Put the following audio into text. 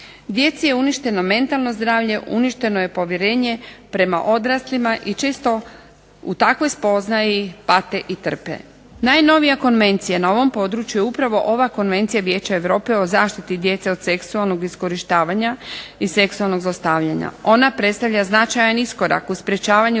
Djeci je uništeno mentalno zdravlje, uništeno je povjerenje prema odraslima i čisto u takvoj spoznaji pate i trpe. Najnovija konvencija na ovom području je upravo ova Konvencija Vijeća Europe o zaštiti djece od seksualnog iskorištavanja i seksualnog zlostavljanja. Ona predstavlja značajan iskorak u sprečavanju